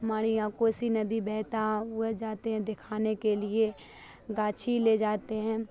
ہماڑے یہاں کوسی ندی بہتا ہوا جاتے ہیں دکھانے کے لیے گاچھی لے جاتے ہیں